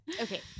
Okay